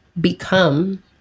become